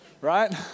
right